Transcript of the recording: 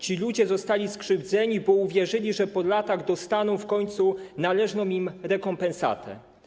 Ci ludzie zostali skrzywdzeni, bo uwierzyli, że po latach dostaną w końcu należną im rekompensatę.